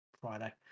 Friday